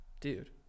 Dude